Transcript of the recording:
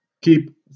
keep